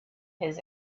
his